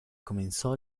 comenzó